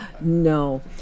no